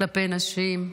כלפי נשים,